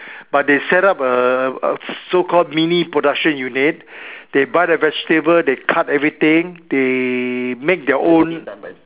but they set up a so called mini production unit they buy the vegetable they cut everything they make their own